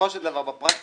בסופו של דבר בפרקטיקה,